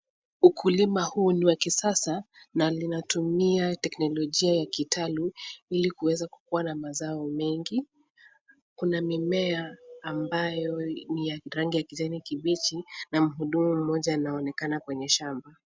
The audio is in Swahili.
Ukulima huu ni wa kisasa na linatumia teknolojia ya kitalu ili kuweze kuwa na mazao mengi. Kuna mimea ambayo ni ya rangi ya kijani kibichi na muhudumu moja anaonekana kwenye shamba.